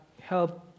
help